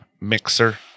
mixer